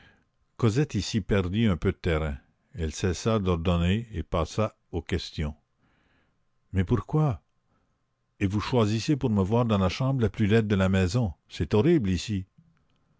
cosette ici perdit un peu de terrain elle cessa d'ordonner et passa aux questions mais pourquoi et vous choisissez pour me voir la chambre la plus laide de la maison c'est horrible ici